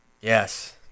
Yes